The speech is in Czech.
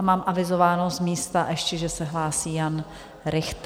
A mám avizováno z místa ještě, že se hlásí Jan Richter.